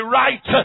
right